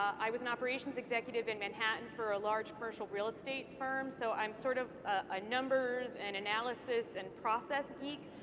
i was an operations executive in manhattan for a large commercial real estate firm, so i'm sort of a numbers and analysis and process geek,